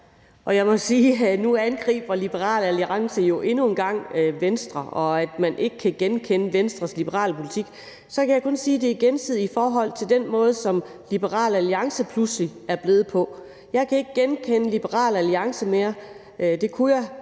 Nej. Og nu angriber Liberal Alliance endnu en gang Venstre med, at man ikke kan genkende Venstres liberale politik. Så kan jeg kun sige, at det er gensidigt i forhold til den måde, som Liberal Alliance pludselig er blevet på. Jeg kan ikke genkende Liberal Alliance mere. Det kunne jeg